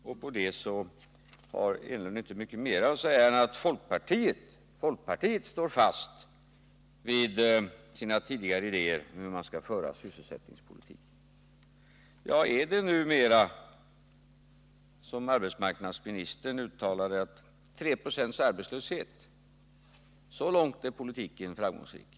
Och till svar på den har Eric Enlund inte mycket mer att säga än att folkpartiet står fast vid sina tidigare idéer om hur sysselsättningspolitiken skall föras. Är målsättningen numera — som arbetsmarknadsministern sade —3 26 arbetslöshet? Så långt är politiken framgångsrik.